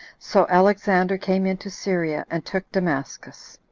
so alexander came into syria, and took damascus